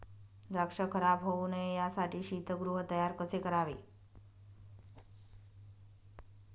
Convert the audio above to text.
द्राक्ष खराब होऊ नये यासाठी शीतगृह तयार कसे करावे?